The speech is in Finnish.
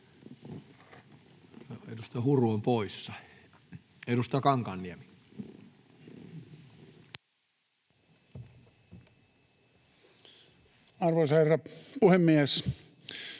Edustaja Kankaanniemi. Arvoisa herra puhemies!